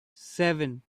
seven